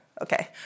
Okay